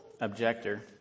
objector